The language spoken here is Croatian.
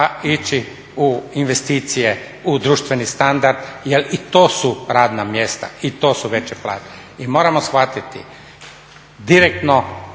ići u investicije u društveni standard jer i to su radna mjesta, i to su veće plaće. I moramo shvatiti direktno